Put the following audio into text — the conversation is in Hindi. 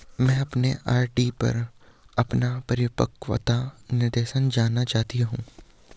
मैं अपने आर.डी पर अपना परिपक्वता निर्देश जानना चाहती हूँ